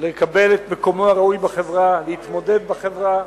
לקבל את מקומו הראוי בחברה, להתמודד בחברה.